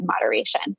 moderation